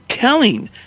Telling